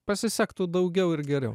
pasisektų daugiau ir geriau